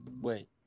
Wait